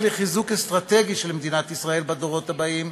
לחיזוק אסטרטגי של מדינת ישראל בדורות הבאים,